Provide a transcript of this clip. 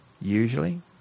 usually